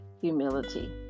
humility